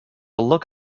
look